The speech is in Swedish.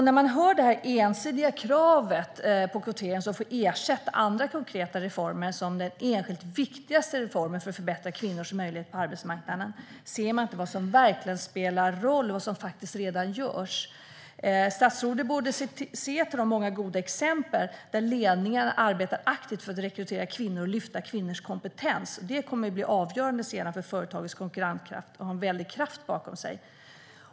När det ensidiga kravet på kvotering får ersätta andra konkreta reformer som den enskilt viktigaste reformen för att förbättra kvinnors möjlighet på arbetsmarknaden ser man inte vad som verkligen spelar roll och vad som faktiskt redan görs. Statsrådet borde se till de många goda exemplen där ledningar arbetar aktivt för att rekrytera kvinnor och lyfta fram kvinnors kompetens. Det kommer sedan att bli avgörande för företagens konkurrenskraft och ha en väldig kraft bakom sig.